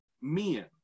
men